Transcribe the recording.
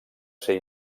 ser